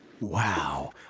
Wow